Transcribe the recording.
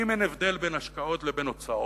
ואם אין הבדל בין השקעות לבין הוצאות.